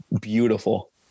beautiful